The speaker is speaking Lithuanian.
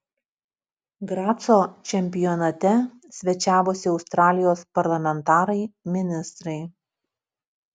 graco čempionate svečiavosi australijos parlamentarai ministrai